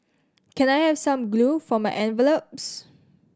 can I have some glue for my envelopes